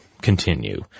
continue